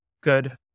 good